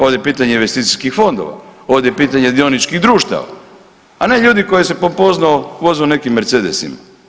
Ovdje je pitanje investicijskih fondova, ovdje je pitanje dioničkih društava, a ne ljudi koji se pompozno voze u nekim Mercedesima.